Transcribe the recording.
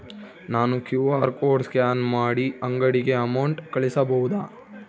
ನಾನು QR code scan ಮಾಡಿ ಅಂಗಡಿಗೆ ಅಮೌಂಟ್ ಕಳಿಸಬಹುದಾ?